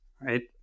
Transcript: right